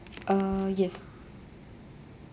uh yes